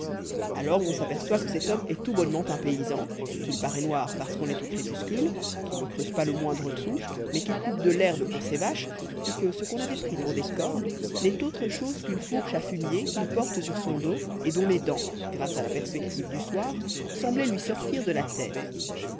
alors on s'aperçoit que cet homme est tout bonnement un paysan qu'il paraît noir parce qu'on est au crépuscule qu'il ne creuse pas le moindre trou mais qu'il coupe de l'herbe pour ses vaches et que ce qu'on avait pris pour des cornes n'est autre chose qu'une fourche à fumier qu'il porte sur son dos et dont les dents grâce à la perspective du soir semblaient lui sortir de la tête